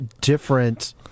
different